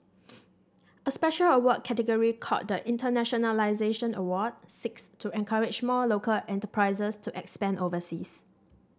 a special award category called the Internationalisation Award seeks to encourage more local enterprises to expand overseas